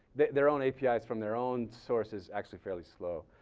their their own api is from their own sources actually fairly slow.